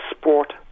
Sport